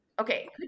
Okay